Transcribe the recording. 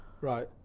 Right